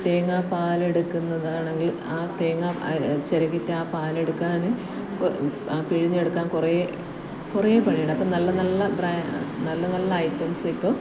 തേങ്ങാപ്പാലെടുക്കുന്നതാണെങ്കിൽ ആ തേങ്ങ ചിരകിയിട്ട് ആ പാലെടുക്കാൻ പിഴിഞ്ഞെടുക്കാൻ കുറേ കുറേ പണിയുണ്ട് അപ്പം നല്ല നല്ല നല്ല നല്ല ഐറ്റംസ് ഇപ്പം